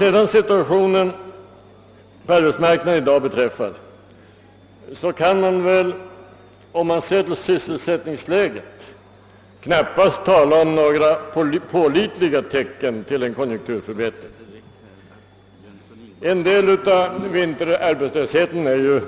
Vad situationen på arbetsmarknaden i dag beträffar kan man, om man ser till sysselsättningsläget, knappast tala om några pålitliga tecken till en konjunkturförbättring. En del av vinterarbetslösheten är ju